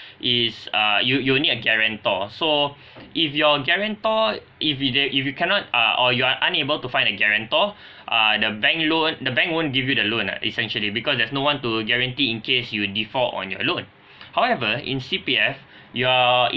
is uh you you'll need a guarantor so if your guarantor if he d~ if you cannot uh or you are unable to find a guarantor uh the bank loan the bank won't give you the loan uh essentially because there's no one to guarantee in case you default on your loan however in C_P_F you are